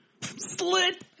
Slit